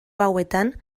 hauetan